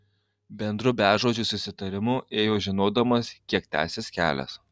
bendru bežodžiu susitarimu ėjo žinodamos kiek tęsis kelias